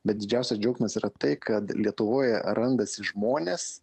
bet didžiausias džiaugsmas yra tai kad lietuvoje randasi žmones